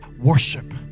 worship